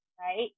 right